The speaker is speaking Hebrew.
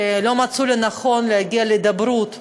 שלא מצאו לנכון להגיע להידברות בזמן,